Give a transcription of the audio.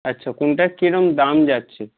আচ্ছা কোনটার কীরকম দাম যাচ্ছে